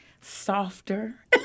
softer